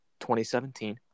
2017